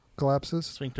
collapses